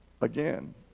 again